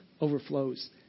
overflows